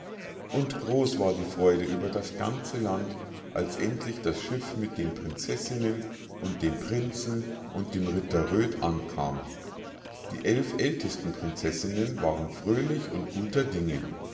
und groß war die freude über das ganze land als endlich das schiff mit den prinzessinnen und den prinzen und dem ritter röd ankam die elf ältesten prinzessinnen waren fröhlich und guter dinge